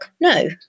No